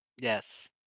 Yes